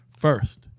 first